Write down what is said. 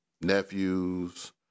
nephews